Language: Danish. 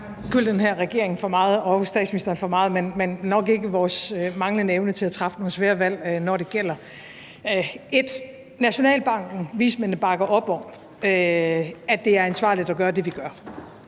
kan beskylde den her regering og statsministeren for meget, men nok ikke for vores manglende evne til at træffe nogle svære valg, når det gælder. Punkt 1: Nationalbanken og vismændene bakker op om, at det er ansvarligt at gøre det, vi gør.